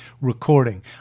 recording